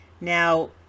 Now